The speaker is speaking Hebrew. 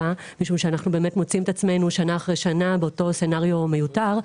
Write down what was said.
משום שאנחנו באמת מוצאים את עצמנו שנה אחרי שנה באותו סצנריו מיותר.